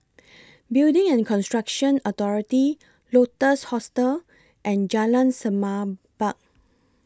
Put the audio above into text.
Building and Construction Authority Lotus Hostel and Jalan Semerbak